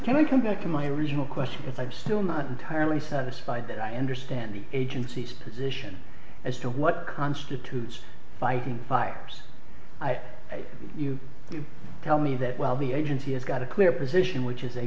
i come back to my original question is i'm still not entirely satisfied that i understand the agency's position as to what constitutes fighting fires i say you tell me that well the agency has got a clear position which is a